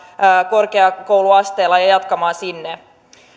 korkeakouluasteella ja ja jatkamaan sinne